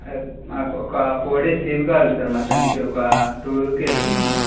sir నాకు ఒక four days leave కావాలి సార్ మా సన్కి ఒక టూర్కి వెళుతున్నాము